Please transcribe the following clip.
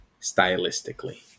stylistically